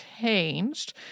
changed